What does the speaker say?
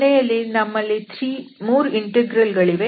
ಕೊನೆಯಲ್ಲಿ ನಮ್ಮಲ್ಲಿ 3 ಇಂಟೆಗ್ರಲ್ ಗಳಿವೆ